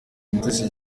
mutesi